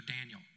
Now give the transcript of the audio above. Daniel